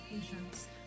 patients